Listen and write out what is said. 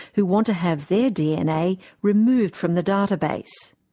who want to have their dna removed from the database.